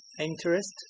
interest